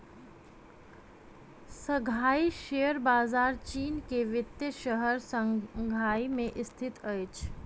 Shanghai share बजार चीन के वित्तीय शहर शंघाई में स्थित अछि